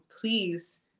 please